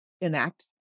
enact